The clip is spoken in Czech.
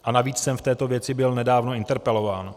A navíc jsem v této věci byl nedávno interpelován.